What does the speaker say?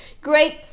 great